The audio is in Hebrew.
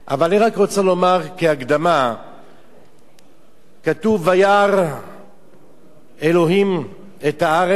אבל אני רק רוצה לומר כהקדמה שכתוב "וירא אלהים את הארץ